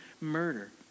Murder